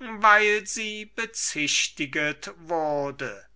weil sie bezüchtiget wurde